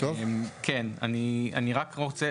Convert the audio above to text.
אני רק רוצה,